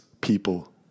people